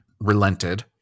relented